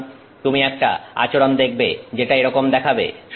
সুতরাং তুমি একটা আচরণ দেখবে যেটা এরকম দেখাবে